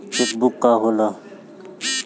Check book का होला?